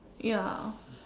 ya